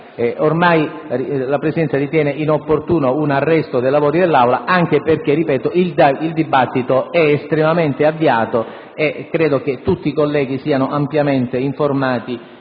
ormai la Presidenza ritiene inopportuno un arresto dei lavori dell'Assemblea anche perché, ripeto, il dibattito è avviato e credo che tutti i colleghi siano ampiamente informati